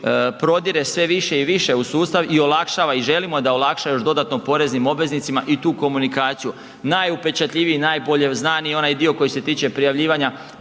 prodire sve više i više u sustav i olakšava i želimo da olakša još dodatno poreznim obveznicima i tu komunikaciju, najupečatljiviji i najbolje znani je onaj dio koji se tiče prijavljivanja